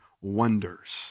wonders